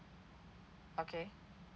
okay